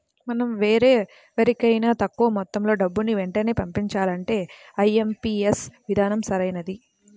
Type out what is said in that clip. మనం వేరెవరికైనా తక్కువ మొత్తంలో డబ్బుని వెంటనే పంపించాలంటే ఐ.ఎం.పీ.యస్ విధానం సరైనది